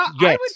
Yes